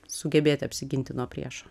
sugebėti apsiginti nuo priešo